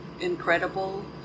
incredible